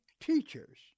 teachers